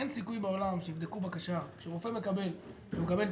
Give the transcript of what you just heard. אין סיכוי בעולם שיבדקו בקשה כשרופא מקבל,